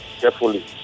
carefully